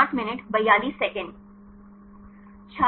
छात्र और